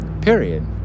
period